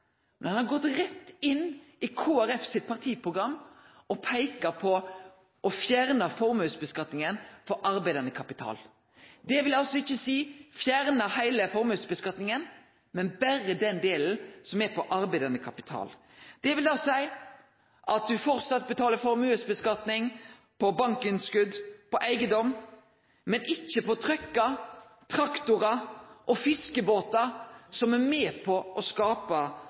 men berre den delen som er på arbeidande kapital. Det vil da seie at du framleis betalar formuesskatt på bankinnskot og på eigedom, men ikkje på truckar, traktorar og fiskebåtar – som er med på å